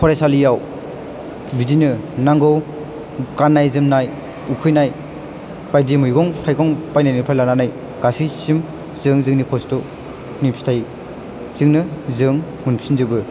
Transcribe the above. फरायसालियाव बिदिनो नांगौ गाननाय जोमनाय उखैनाय बायदि मैगं थाइगं बायनायनिफ्राय लानानै गासैसिम जों जोंनि खस्थ'नि फिथाइ जोंनो जों मोनफिनजोबो